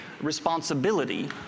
responsibility